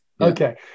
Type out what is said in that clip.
Okay